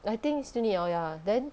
I think still need hor ya then